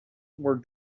were